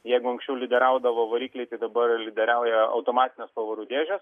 jeigu anksčiau lyderiaudavo varikliai tai dabar lyderiauja automatinės pavarų dėžės